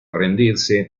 rendirse